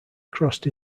crossed